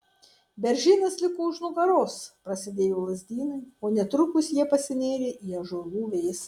beržynas liko už nugaros prasidėjo lazdynai o netrukus jie pasinėrė į ąžuolų vėsą